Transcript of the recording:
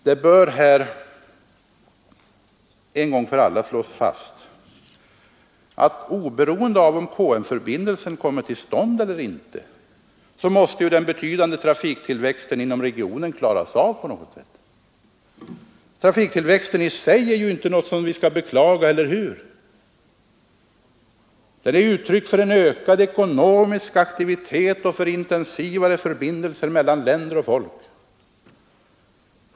Det bör här en gång för alla slås fast att oberoende av om KM-—förbindelsen kommer till stånd eller inte så måste ju den betydande trafiktillväxten inom regionen klaras av på något sätt. Trafiktillväxten i sig är ju inte något som vi skall beklaga, eller hur? Den är ju uttryck för en ökad ekonomisk aktivitet och för intensivare förbindelser mellan länder och folk.